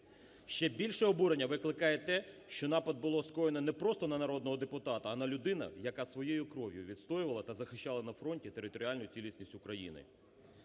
Ще більше обурення викликає те, що напад було скоєно не просто на народного депутата, а на людину, яка своєю кров'ю відстоювала та захищала на фронті територіальну цілісність України.